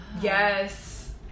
Yes